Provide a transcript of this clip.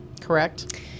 Correct